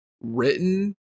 written